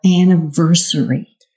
anniversary